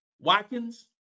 Watkins